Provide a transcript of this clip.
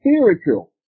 spiritual